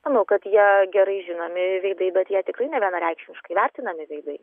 manau kad jie gerai žinomi veidai bet jie tikrai nevienareikšmiškai vertinami veidai